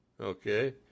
Okay